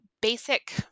basic